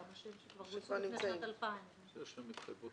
האנשים שכבר גויסו לפני שנת 2000. עכשיו,